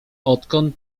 odkąd